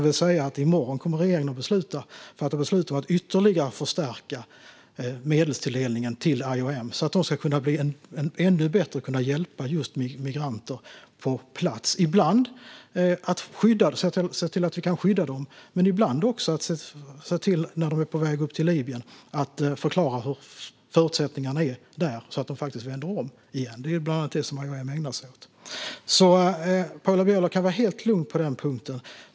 I morgon kommer regeringen att fatta beslut om att förstärka medelstilldelningen till IOM ytterligare så att man ännu bättre ska kunna hjälpa migranter på plats. Det handlar om att skydda dem men också, när de är på väg till Libyen, förklara förutsättningarna så att de vänder om. Det är bland annat detta IOM ägnar sig åt. Paula Bieler kan vara helt lugn på denna punkt.